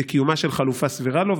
בקיומה של חלופה סבירה לו,